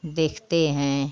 देखते हैं